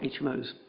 HMOs